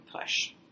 push